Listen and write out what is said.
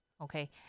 okay